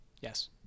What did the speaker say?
Yes